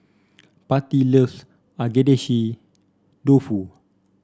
Patti loves Agedashi Dofu